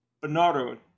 Bernardo